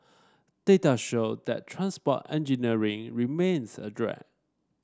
data showed that transport engineering remains a drag